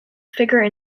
figure